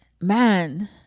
man